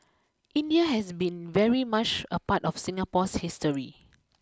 India has been very much a part of Singapore's history